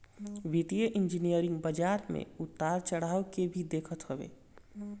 वित्तीय इंजनियरिंग बाजार में उतार चढ़ाव के भी देखत हअ